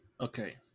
okay